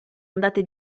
andate